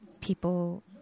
people